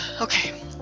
Okay